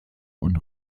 und